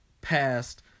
past